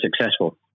successful